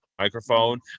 microphone